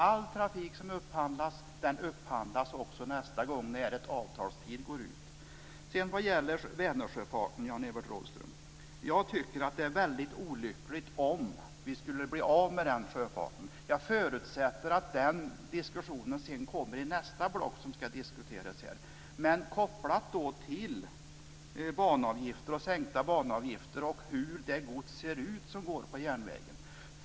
All upphandlad trafik upphandlas också nästa gång, när avtalstiden går ut. Det är olyckligt om vi skulle bli av med Vänersjöfarten. Jag förutsätter att den diskussionen kommer i nästa block. Man kan göra en koppling till banavgifterna och hur godset som går på järnväg ser ut.